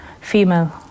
female